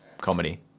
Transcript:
comedy